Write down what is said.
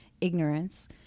ignorance